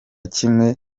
kimwe